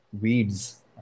weeds